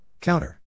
Counter